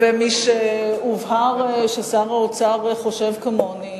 משהובהר ששר האוצר חושב כמוני,